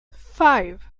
five